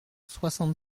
soixante